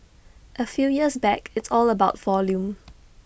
A few years back it's all about volume